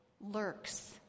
lurks